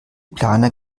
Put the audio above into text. planer